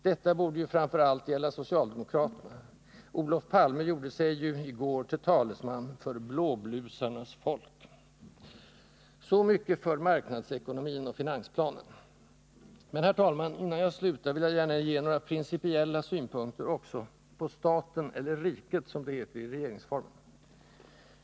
Detta borde ju framför allt gälla socialdemokraterna: Olof Palme gjorde sig ju i går till talesman för blåblusarnas folk. — Så mycket för marknadsekonomin och finansplanen. Men, herr talman, innan jag slutar vill jag gärna ge några principiella synpunkter också på staten, eller riket, som det heter i regeringsformen.